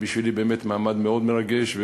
בשבילי זה מעמד מאוד מרגש.